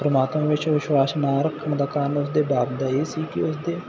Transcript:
ਪਰਮਾਤਮਾ ਵਿੱਚ ਵਿਸ਼ਵਾਸ ਨਾ ਰੱਖਣ ਦਾ ਕਾਰਨ ਉਸ ਦੇ ਬਾਪ ਦਾ ਇਹ ਸੀ ਕਿ ਉਸਦੇ